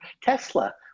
Tesla